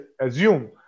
assume